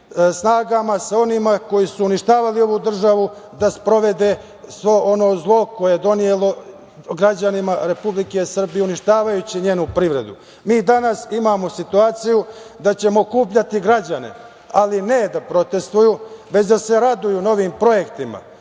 snagama sa onima koji su uništavali ovu državu da sprovede svo ono zlo koje je donelo građanima Republike Srbije, uništavajući njenu privredu. Mi danas imamo situaciju da ćemo okupljati građane, ali ne da protestuju, već da se raduju novim projektima.